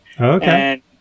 Okay